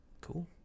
Cool